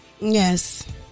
Yes